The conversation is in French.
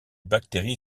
bactérie